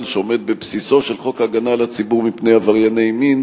שעומד בבסיסו של חוק הגנה על הציבור מפני עברייני מין,